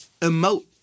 emote